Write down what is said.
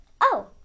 Oh